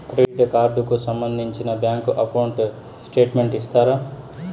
Credit card కు సంబంధించిన bank account statement ఇస్తారా?